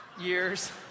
years